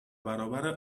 برابر